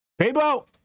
Paybo